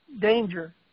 danger